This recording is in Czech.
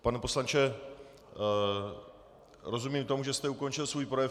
Pane poslanče, rozumím tomu, že jste ukončil svůj projev?